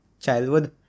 childhood